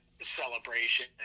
celebration